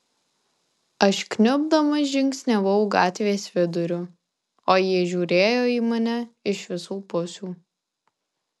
aš kniubdamas žingsniavau gatvės viduriu o jie žiūrėjo į mane iš visų pusių